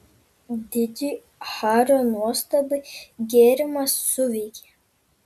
didžiai hario nuostabai gėrimas suveikė